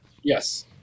Yes